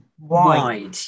wide